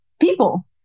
people